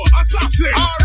Assassin